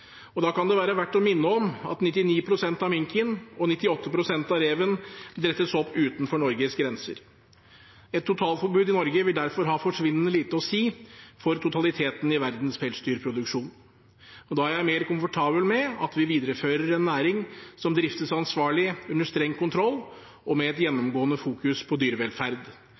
og da kan det være verdt å minne om at 99 pst. av minken og 98 pst. av reven oppdrettes utenfor Norges grenser. Et totalforbud i Norge vil derfor ha forsvinnende lite å si for totaliteten i verdens pelsdyrproduksjon. Da er jeg mer komfortabel med at vi viderefører en næring som driftes ansvarlig, under streng kontroll og med et gjennomgående fokus på dyrevelferd,